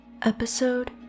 Episode